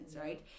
right